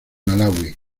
malaui